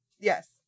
Yes